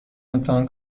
امتحان